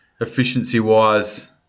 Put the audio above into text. efficiency-wise